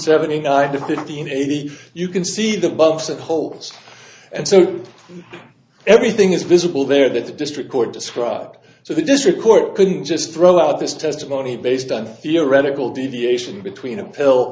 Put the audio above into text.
seventy nine to fifteen eighty you can see the bumps and holes and so everything is visible there that the district court described so the district court couldn't just throw out this testimony based on theoretical deviation between a pill